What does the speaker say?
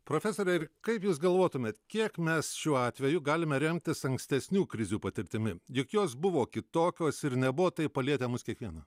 profesore ir kaip jūs galvotumėt kiek mes šiuo atveju galime remtis ankstesnių krizių patirtimi juk jos buvo kitokios ir nebuvo taip palietę mūs kiekvieną